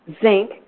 zinc